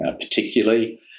particularly